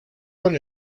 con